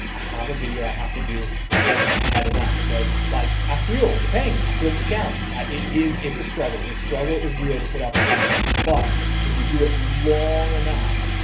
i have a video i have to do. i wasn't ahead enough. so like, i feel the pain, i feel the challenge. i, it is, it's a struggle. the struggle is real to put out the content, but when you do it long enough,